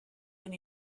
been